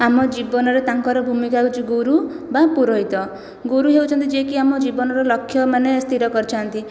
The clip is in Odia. ଆମ ଜୀବନରେ ତାଙ୍କର ଭୂମିକା ହେଉଛି ଗୁରୁ ବା ପୁରୋହିତ ଗୁରୁ ହେଉଛନ୍ତି ଯେ କି ଆମ ଜୀବନର ଲକ୍ଷ୍ୟ ମାନେ ସ୍ଥିର କରିଛନ୍ତି